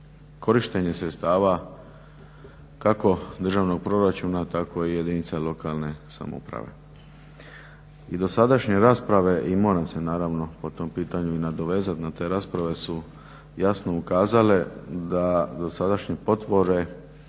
korištenje sredstava kako državnog proračuna tako i jedinica lokalne samouprave. I dosadašnje rasprave i moram se po tom pitanju i nadovezati na te rasprave su jasno ukazale da dosadašnje potpore